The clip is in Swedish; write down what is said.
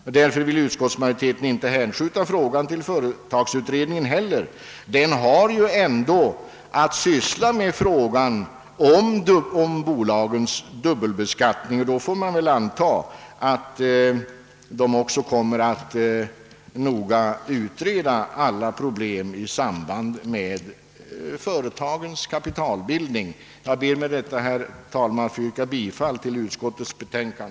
Av samma skäl vill utskottet inte heller hänskjuta frågan till företagsskatteutredningen. Denna har ju ändå att syssla med frågan om bolagens dubbelbeskattning. Då får man väl också anta att den kommer att noga utreda alla problem som sammanhänger med företagens kapitalbildning. Jag ber med detta, herr talman, att få yrka bifall till utskottets hemställan.